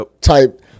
type